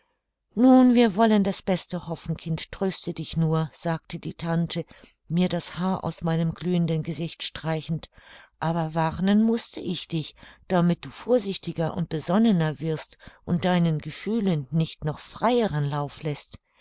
nun wir wollen das beste hoffen kind tröste dich nur sagte die tante mir das haar aus meinem glühenden gesicht streichend aber warnen mußte ich dich damit du vorsichtiger und besonnener wirst und deinen gefühlen nicht noch freieren lauf läßt